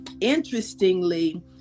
Interestingly